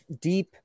deep